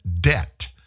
debt